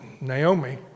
Naomi